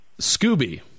Scooby